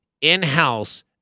In-house